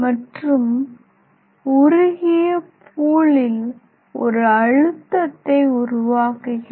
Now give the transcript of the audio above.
மற்றும் உருகிய பூளில் ஒரு அழுத்தத்தை உருவாக்குகிறது